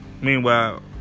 Meanwhile